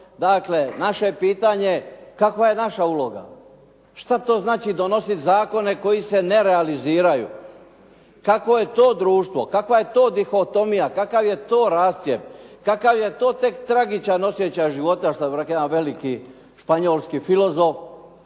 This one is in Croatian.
Dakle, naše je pitanje kakva je naša uloga? Što to znači donositi zakone koji se ne realiziraju? Kakvo je to društvo? Kakva je to difotomija? Kakav je to rascjep? Kako je to tek tragičan osjećaj života, što bi rekao jedan veliki španjolski filozof: